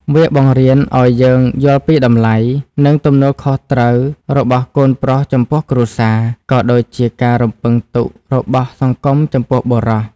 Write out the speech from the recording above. វាបង្រៀនឱ្យយើងយល់ពីតម្លៃ និងទំនួលខុសត្រូវរបស់កូនប្រុសចំពោះគ្រួសារ ក៏ដូចជាការរំពឹងទុករបស់សង្គមចំពោះបុរស។